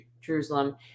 Jerusalem